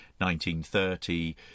1930